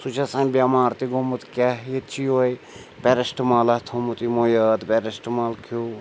سُہ چھُ آسان بٮ۪مار تہِ گوٚمُت کیٛاہ ییٚتہِ چھُ یِہوٚے پیٚرٮ۪سٹمالا تھوٚمُت یِمو یاد پیٚرٮ۪سٹمال کھیوٚو